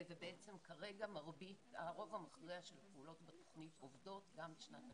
וכרגע הרוב המכריע של הפעולות בתוכנית עובדות גם בשנת 2020,